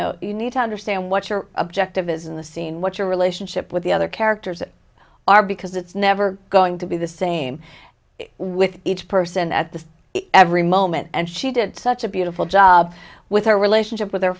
know you need to understand what your objective is in the scene what your relationship with the other characters are because it's never going to be the same with each person at the every moment and she did such a beautiful job with her relationship with her